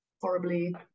horribly